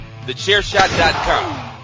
TheChairShot.com